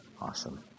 Awesome